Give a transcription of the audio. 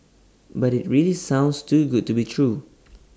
but IT really sounds too good to be true